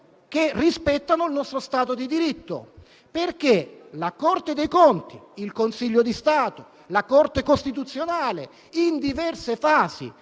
che rispettino il nostro Stato di diritto, perché la Corte dei conti, il Consiglio di Stato, la Corte costituzionale, in diverse fasi,